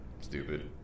Stupid